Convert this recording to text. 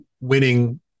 winning